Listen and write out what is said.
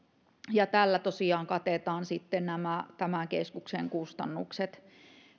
ja tällä tosiaan katetaan sitten nämä tämän keskuksen kustannukset